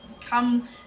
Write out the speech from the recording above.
come